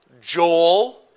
Joel